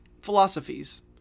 Philosophies